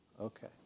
Okay